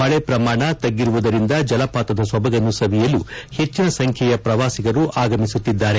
ಮಳೆ ಪ್ರಮಾಣ ತಗ್ಗಿರುವುದರಿಂದ ಜಲಪಾತದ ಸೊಬಗನ್ನು ಸವಿಯಲು ಹೆಚ್ಚಿನ ಸಂಖ್ಯೆ ಪ್ರವಾಸಿಗರು ಆಗಮಿಸುತ್ತಿದ್ದಾರೆ